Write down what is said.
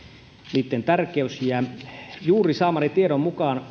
niitten tärkeys juuri saamani tiedon mukaan